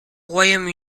royaume